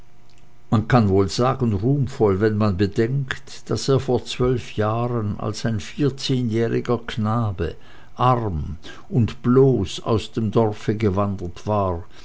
man kann wohl sagen ruhmvoll wenn man bedenkt daß er vor zwölf jahren als ein vierzehnjähriger knabe arm und bloß aus dem dorfe gewandert war